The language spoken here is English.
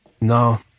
No